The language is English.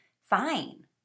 fine